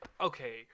Okay